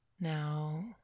Now